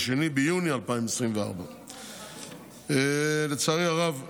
ב-2 ביוני 2024. לצערי הרב,